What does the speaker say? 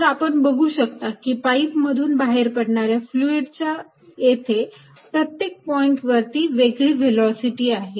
तर आपण बघू शकता कि पाईप मधून बाहेर पडणाऱ्या फ्लुईड च्या येथे प्रत्येक पॉईंट वरती वेगळी व्हेलॉसिटी आहे